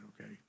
okay